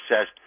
says